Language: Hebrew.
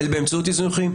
אלא באמצעות איזונים.